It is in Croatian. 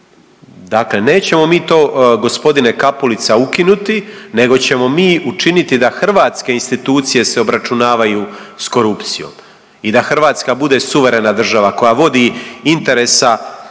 Dakle, nećemo mi to gospodine Kapulica ukinuti nego ćemo mi učiniti da hrvatske institucije se obračunavaju s korupcijom i da Hrvatska bude suverena država koja vodi interesa o